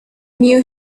knew